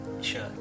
Sure